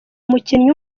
umukinnyi